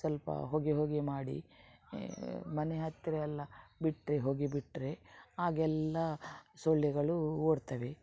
ಸ್ವಲ್ಪ ಹೊಗೆ ಹೊಗೆ ಮಾಡಿ ಮನೆ ಹತ್ತಿರ ಎಲ್ಲ ಬಿಟ್ಟರೆ ಹೊಗೆ ಬಿಟ್ಟರೆ ಆಗೆಲ್ಲ ಸೊಳ್ಳೆಗಳು ಓಡ್ತವೆ